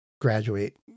graduate